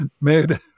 made